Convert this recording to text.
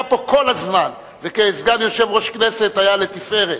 היה פה כל הזמן, וכסגן יושב-ראש כנסת היה לתפארת,